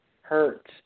hurt